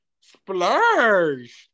splurged